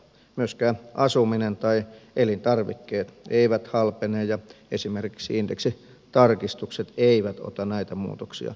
myöskään asuminen ja elintarvikkeet eivät halpene ja esimerkiksi indeksitarkistukset eivät ota näitä muutoksia täysimääräisesti huomioon